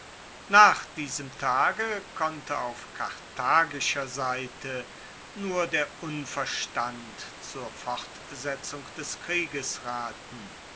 nach diesem tage konnte auf karthagischer seite nur der unverstand zur fortsetzung des krieges raten